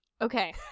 Okay